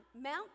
Mount